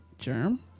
Germ